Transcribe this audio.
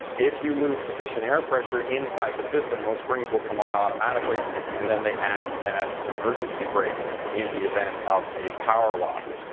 if you lose sufficient air pressure inside the system, the springs will come on automatically and then they act as three emergency brakes in the event of a power loss.